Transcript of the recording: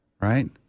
right